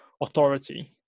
authority